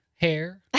hair